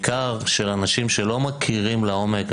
בעיקר של אנשים שלא מכירים לעומק.